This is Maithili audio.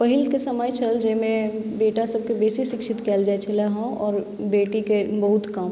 पहिलके समय छल जाहिमे बेटा सभकेँ बेसी शिक्षित कयल जाइत छलय हँ और बेटीकेँ बहुत कम